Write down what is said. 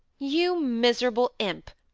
you miserable imp!